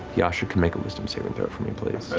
yasha can make a wisdom saving throw for me, please.